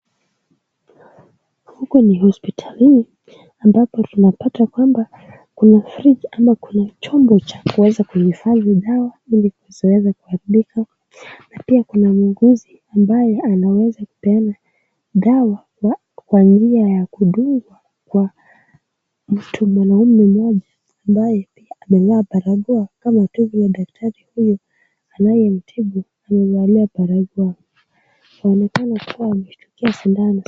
Huku ni hospitalini ambapo tunapata kwamba kuna fridge,(cs), ama kuna chombo cha kuifadhi dawa ili zisiweze kuaribika, pia kuna muuguzi ambaye anaweza kupeana dawa kwa njia ya kudungwa mtu. Mwanaume moja ambaye amevaa barakoa kama tu dakitari huyu anayemtibu amevalia barakoa , inaonekana kuwa amechukua shindano.